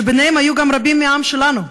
שביניהם היו גם רבים מהעם שלנו,